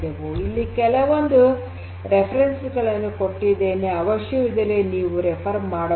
ಇಲ್ಲಿ ಕೆಲವೊಂದು ಉಲ್ಲೇಖಗಳನ್ನು ಕೊಟ್ಟಿದ್ದೇನೆ ಅವಶ್ಯವಿದ್ದಲ್ಲಿ ನೀವು ನೋಡಬಹುದು